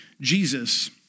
Jesus